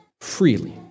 freely